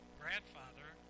grandfather